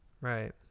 right